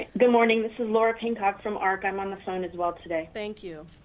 good morning, this is laura pin cock from arc, i'm on the phone as well today. thank you.